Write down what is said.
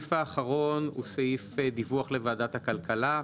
הסעיף האחרון הוא סעיף דיווח לוועדת הכלכלה: